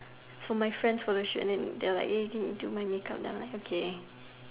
so my friends photo shoot and then they are like Eddie do my makeup then I am like okay